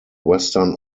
western